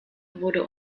wurde